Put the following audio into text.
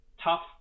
tough